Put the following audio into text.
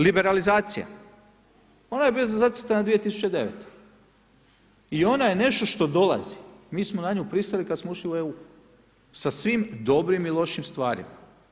Liberalizacija, ona je bila zacrtana 2009. i ona je nešto što dolazi, mi smo na nju pristali kada smo ušli u EU sa svim dobrim i lošim stvarima.